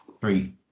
Three